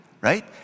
Right